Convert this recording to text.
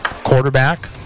quarterback